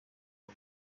uwo